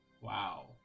Wow